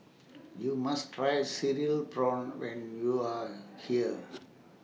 YOU must Try Cereal Prawns when YOU Are here